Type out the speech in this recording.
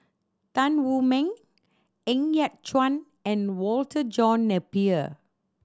Tan Wu Meng Ng Yat Chuan and Walter John Napier